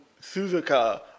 Suzuka